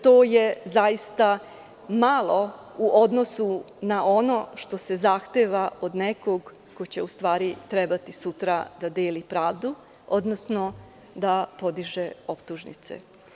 To je zaista malo u odnosu na ono što se zahteva od nekog ko će, u stvari, trebati sutra da deli pravdu, odnosno da podiže optužnice.